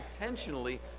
intentionally